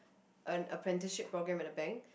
an apprenticeship program in a bank